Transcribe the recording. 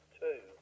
two